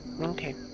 Okay